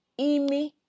imi